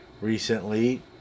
recently